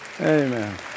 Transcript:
Amen